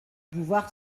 bouvard